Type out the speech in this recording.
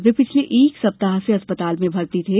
वे पिछले एक सप्ताह से अस्पताल में भर्ती थे